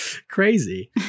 crazy